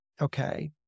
Okay